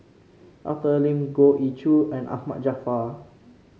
Arthur Lim Goh Ee Choo and Ahmad Jaafar